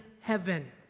heaven